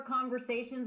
conversations